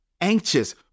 anxious